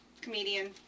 comedian